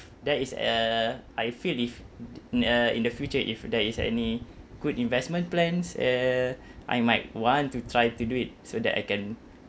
there is uh I feel if uh in the future if there is any good investment plans uh I might want to try to do it so that I can